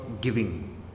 giving